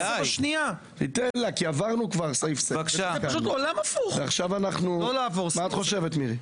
זה פשוט עולם הפוך לא לעבור סעיף-סעיף.